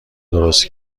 درست